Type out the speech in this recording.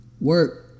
Work